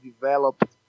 develop